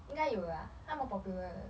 应该有啦它蛮 popular 的